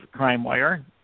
CrimeWire